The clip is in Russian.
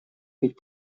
быть